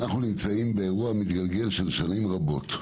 אנחנו נמצאים באירוע מתגלגל של שנים רבות,